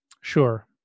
Sure